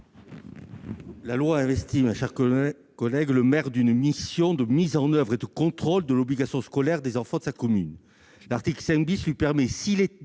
La loi investit le maire d'une mission de mise en oeuvre et de contrôle de l'obligation scolaire des enfants de sa commune. L'article 5 lui permet, s'il est